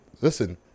listen